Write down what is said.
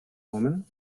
woman